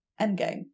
Endgame